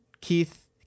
Keith